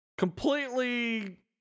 Completely